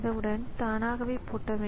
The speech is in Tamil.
எனவே அவற்றை அங்கே பஃபர் செய்யலாம்